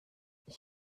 ich